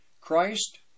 Christ